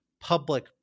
public